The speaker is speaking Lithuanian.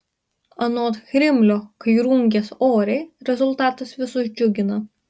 anot chrimlio kai rungies oriai rezultatas visus džiugina